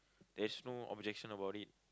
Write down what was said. there's no objection about it